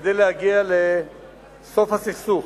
כדי להגיע לסוף הסכסוך,